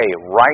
right